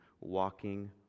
walking